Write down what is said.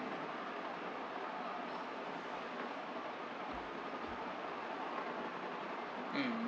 mm